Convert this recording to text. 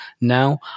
Now